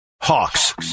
Hawks